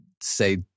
say